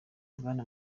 bwana